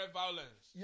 violence